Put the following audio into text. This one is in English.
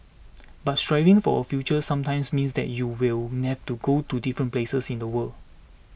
but striving for a future sometimes means that you will nave to go to different places in the world